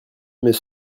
mais